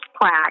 plaque